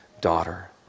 daughter